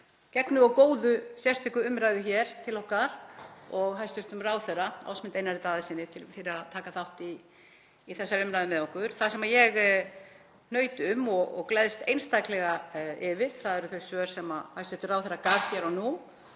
gegnu og góðu sérstöku umræðu hér til okkar og hæstv. ráðherra Ásmundi Einari Daðasyni fyrir að taka þátt í þessari umræðu með okkur. Það sem ég hnaut um og gleðst einstaklega yfir eru þau svör sem hæstv. ráðherra gaf hér og nú,